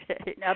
okay